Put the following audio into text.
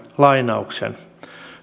lainauksen